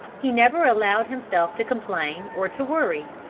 he never allowed himself to complain or to worry.